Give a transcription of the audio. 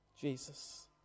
Jesus